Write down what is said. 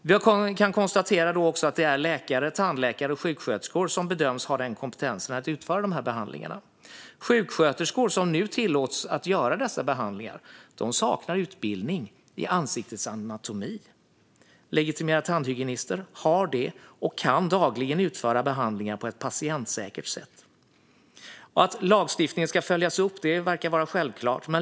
Vi kan konstatera att det är läkare, tandläkare och sjuksköterskor som bedöms ha kompetensen att utföra behandlingarna. Sjuksköterskor som nu tillåts utföra dessa behandlingar saknar utbildning i ansiktets anatomi. Legitimerade tandhygienister har det och kan dagligen utföra behandlingar på ett patientsäkert sätt. Att lagstiftningen ska följas upp verkar vara självklart.